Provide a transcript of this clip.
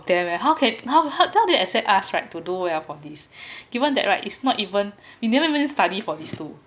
them leh how can how they expect us to do well on these given that right it's not even you never even studied for these two